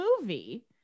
movie